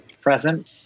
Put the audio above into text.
present